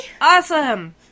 Awesome